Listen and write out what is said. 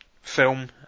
film